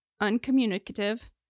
uncommunicative